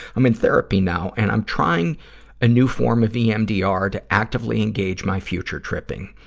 i'm in therapy now, and i'm trying a new form of emdr to actively engage my future tripping.